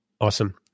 Awesome